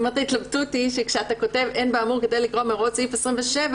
ההתלבטות היא שכשאתה כותב אין באמור כדי לגרוע מהוראות סעיף 27,